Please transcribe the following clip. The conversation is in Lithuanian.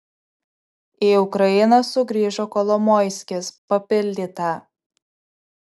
į ukrainą sugrįžo kolomoiskis papildyta